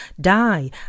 die